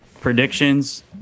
Predictions